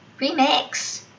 Remix